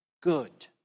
good